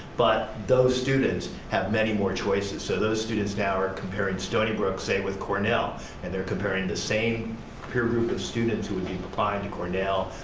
but those students have many more choices so those students now are comparing stony brook say with cornell and they're comparing the same peer group of students who would be applying to cornell,